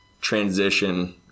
transition